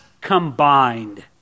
combined